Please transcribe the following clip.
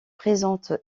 présentent